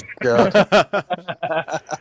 god